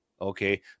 okay